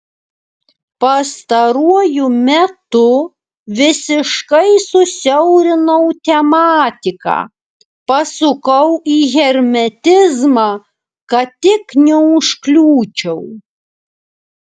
pastaruoju metu visiškai susiaurinau tematiką pasukau į hermetizmą kad tik neužkliūčiau